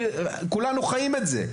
כולנו חיים את זה.